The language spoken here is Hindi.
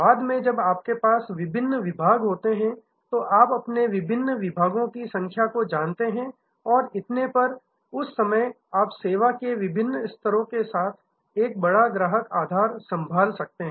बाद में जब आपके पास विभिन्न विभाग होते है तो आप विभिन्न विभागों की संख्या को जानते हैं और इतने पर उस समय आप सेवा के विभिन्न स्तरों के साथ एक बड़ा ग्राहक आधार संभाल सकते हैं